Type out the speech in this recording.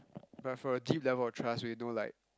but for deep level of trust when you know like